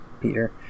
Peter